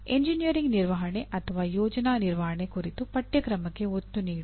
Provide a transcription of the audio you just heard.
engineering ನಿರ್ವಹಣೆ ಅಥವಾ ಯೋಜನಾ ನಿರ್ವಹಣೆ ಕುರಿತು ಪಠ್ಯಕ್ರಮಕ್ಕೆ ಒತ್ತು ನೀಡಿ